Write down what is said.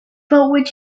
would